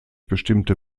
bestimmte